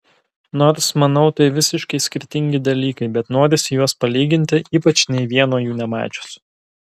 nors manau tai visiškai skirtingi dalykai bet norisi juos palyginti ypač nė vieno jų nemačius